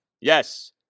Yes